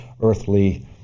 earthly